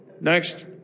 Next